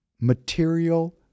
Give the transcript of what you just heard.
material